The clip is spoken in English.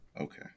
Okay